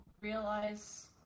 realize